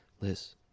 Liz